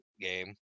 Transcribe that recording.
game